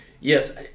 yes